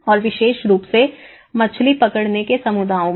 और विशेष रूप से मछली पकड़ने के समुदायों में